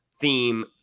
theme